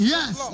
Yes